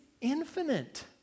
infinite